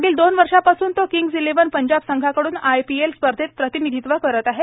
मागील दोन वर्षापासून तो किंग्स इलेव्हन पंजाब संघाकडून आयपीएल स्पर्धेत प्रतिनिधित्व करत आहे